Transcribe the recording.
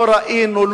לא ראינו,